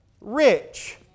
rich